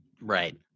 Right